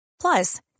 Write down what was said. Plus